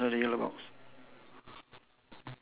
circle the whole of the beekeeper is it